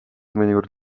mõnikord